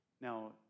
Now